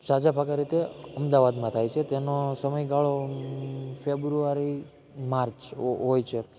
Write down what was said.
સાજા ભાગા રીતે અમદાવાદમાં થાય છે તેનો સમયગાળો ફ્રેબુઆરી માર્ચ હોય છે